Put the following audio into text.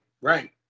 right